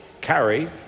carry